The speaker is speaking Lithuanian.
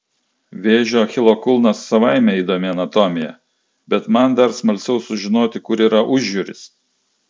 vėžio achilo kulnas savaime įdomi anatomija bet man dar smalsiau sužinoti kur yra užjūris